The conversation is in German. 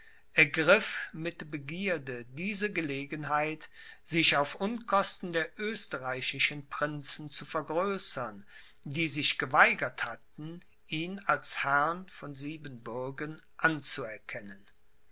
ergriff mit begierde diese gelegenheit sich auf unkosten der österreichischen prinzen zu vergrößern die sich geweigert hatten ihn als herrn von siebenbürgen anzuerkennen